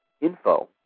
info